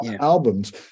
albums